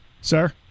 Sir